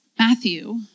Matthew